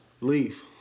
Leave